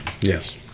Yes